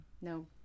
No